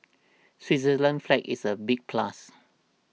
Switzerland's flag is a big plus